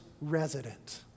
resident